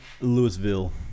Louisville